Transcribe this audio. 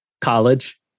college